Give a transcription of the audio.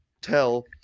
tell